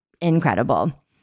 incredible